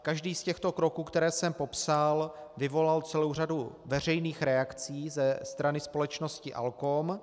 Každý z těchto kroků, které jsem popsal, vyvolal celou řadu veřejných reakcí ze strany společnosti ALKOM.